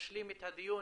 נשלים את הדיון